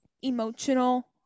emotional